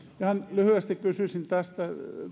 ihan lyhyesti kysyisin tästä